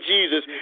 Jesus